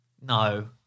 No